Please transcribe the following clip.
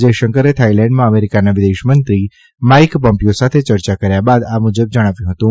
જયશંકરે થાઈલેન્ડમાં અમેરિકાના વિદેશમંત્રી માઈક પોમ્પીયો સાથે યર્ચા કર્યા બાદ આ મુજબ જણાવ્યું હતું